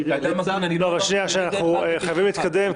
תראה --- אנחנו חייבים להתקדם,